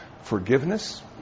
forgiveness